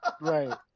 Right